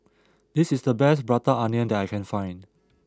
this is the best Prata Onion that I can find